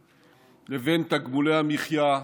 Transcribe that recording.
הצעת חוק הנכים (תגמולים ושיקום)